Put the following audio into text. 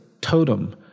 totem